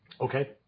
Okay